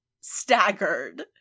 staggered